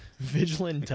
Vigilant